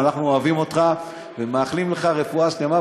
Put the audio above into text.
אנחנו אוהבים אותך ומאחלים לך רפואה שלמה.